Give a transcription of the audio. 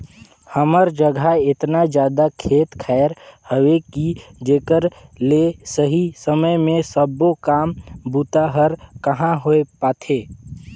हमर जघा एतना जादा खेत खायर हवे कि जेकर ले सही समय मे सबो काम बूता हर कहाँ होए पाथे